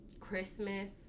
Christmas